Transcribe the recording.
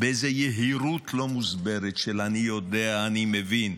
באיזו יהירות לא מוסברת, של: אני יודע, אני מבין,